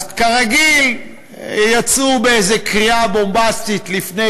אז כרגיל יצאו באיזו קריאה בומבסטית לפני